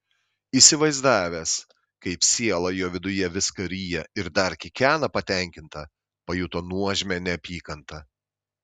įsivaizdavęs kaip siela jo viduje viską ryja ir dar kikena patenkinta pajuto nuožmią neapykantą